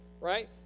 right